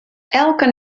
elke